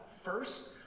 first